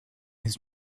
his